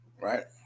Right